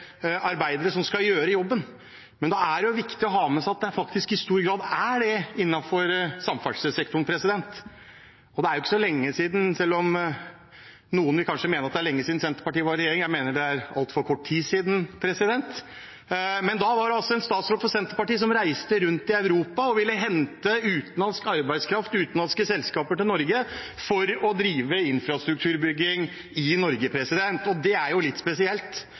arbeidere som skal gjøre jobben, men det er viktig å ha med seg at det faktisk i stor grad er slik innenfor samferdselssektoren. Og det er jo ikke så lenge siden – selv om noen kanskje vil mene at det er lenge siden Senterpartiet var i regjering, jeg mener det er altfor kort tid siden – at det var en statsråd fra Senterpartiet som reiste rundt i Europa og ville hente utenlandsk arbeidskraft og utenlandske selskaper til Norge for å drive infrastrukturbygging her. Det er jo litt spesielt.